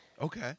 Okay